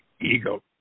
Ego